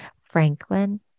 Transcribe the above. Franklin